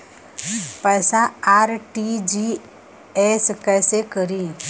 पैसा आर.टी.जी.एस कैसे करी?